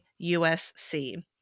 usc